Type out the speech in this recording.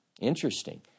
interesting